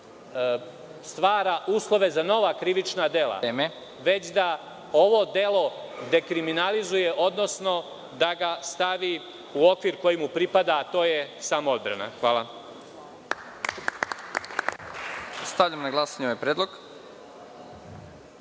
stvara uslove za nova krivična dela, već da ovo delo dekriminalizuje, odnosno da ga stave u okvir koji mu pripada, a to je samoodbrana. **Nebojša Stefanović** Stavljam na glasanje ovaj predlog. Molim